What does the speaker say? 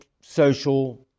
social